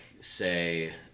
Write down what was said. say